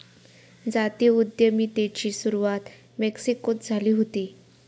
जाती उद्यमितेची सुरवात मेक्सिकोत झाली हुती